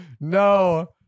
No